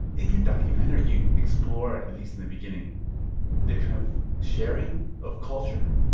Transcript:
in your documentary, you explore at least, in the beginning the kind of sharing of culture.